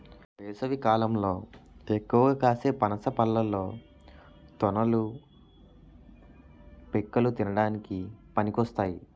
వేసవికాలంలో ఎక్కువగా కాసే పనస పళ్ళలో తొనలు, పిక్కలు తినడానికి పనికొస్తాయి